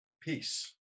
peace